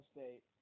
State